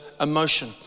emotion